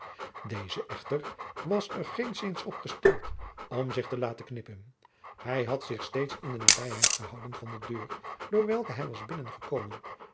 deze echter was er geenszins op gesteld om zich te laten knippen hij had zich steeds in de nabijheid gehouden van de deur door welke hij was binnengekomen